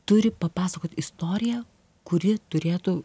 turi papasakot istoriją kuri turėtų